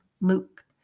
Luke